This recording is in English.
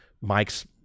Mike's